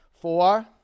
Four